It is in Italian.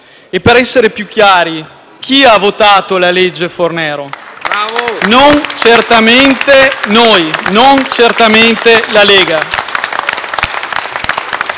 Per essere più chiari, chi ha votato la legge Fornero? Non Certamente noi, non certamente la Lega.